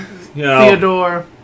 Theodore